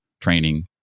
training